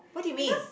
because